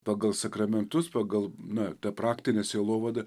pagal sakramentus pagal na ta praktinė sielovada